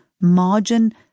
margin